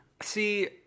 See